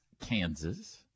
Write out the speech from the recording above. Kansas